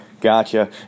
Gotcha